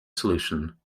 solution